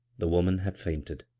the woman had kinted.